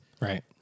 Right